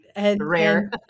Rare